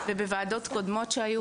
ובוועדות קודמות שהיו.